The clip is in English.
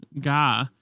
guy